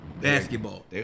basketball